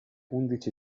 undici